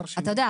אתה יודע,